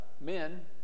men